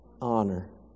Honor